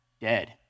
Dead